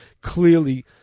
clearly